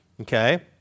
okay